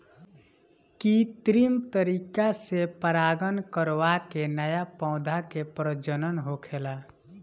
कित्रिम तरीका से परागण करवा के नया पौधा के प्रजनन होखेला